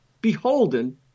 beholden